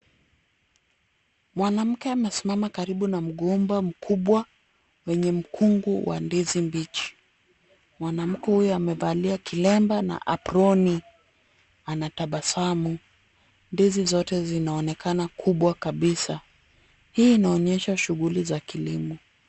Mwanamke anasimama karibu na mgomba mkubwa wenye mkungu wa ndizi mbichi, mwanamke huyo amevalia kilemba na aproni, anatabasamu, ndizi zote zinaaonekana kubwa kabisa, hii inaonyesha shughuli za kilimo.